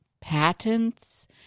patents